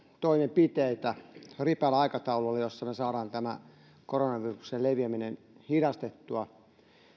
toimenpiteitä ripeällä aikataululla jotta me saamme tämän koronaviruksen leviämisen hidastettua